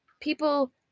People